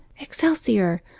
Excelsior